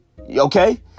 Okay